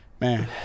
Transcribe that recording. Man